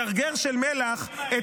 עם גרגר של מלח,